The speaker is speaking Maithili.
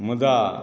मुदा